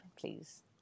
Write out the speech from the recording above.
please